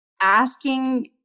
asking